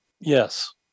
Yes